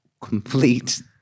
complete